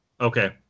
okay